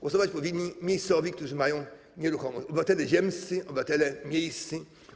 Głosować powinni miejscowi, którzy mają nieruchomość, obywatele ziemscy, obywatele miejscy.